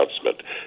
announcement